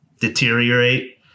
deteriorate